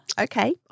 Okay